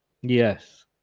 yes